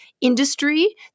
industry